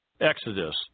Exodus